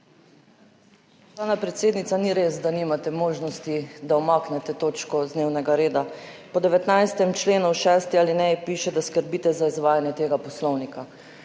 predsednica, ni res, da nimate možnosti, da umaknete točko z dnevnega reda. Po 19. členu v šesti alineji piše, da skrbite za izvajanje tega Poslovnika.